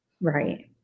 Right